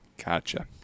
Gotcha